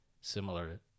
similar